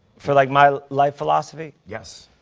for like my life philosophy? yes.